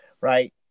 right